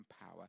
power